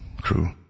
crew